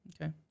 Okay